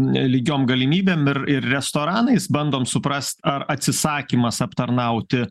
nelygiom galimybėm ir ir restoranais bandom suprast ar atsisakymas aptarnauti